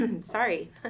sorry